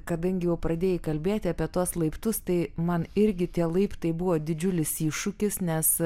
kadangi jau pradėjai kalbėti apie tuos laiptus tai man irgi tie laiptai buvo didžiulis iššūkis nes